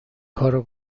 کارو